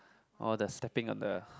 or the stepping under ah